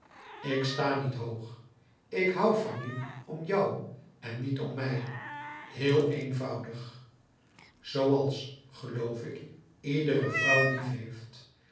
ik sta niet hoog ik hoû van je om jou en niet om mij heel eenvoudig zooals geloof ik iedere vrouw